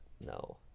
no